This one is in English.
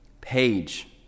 page